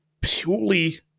purely